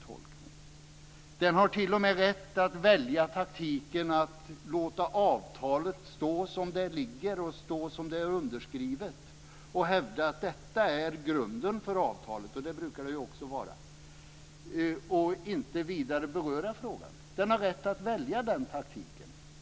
Sveriges regering har t.o.m. rätt att välja taktiken att låta avtalet stå som det är underskrivet, och hävda att detta är grunden för avtalet - det brukar det ju också vara - och inte vidare beröra frågan. Regeringen har rätt att välja den taktiken.